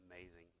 amazing